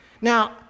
Now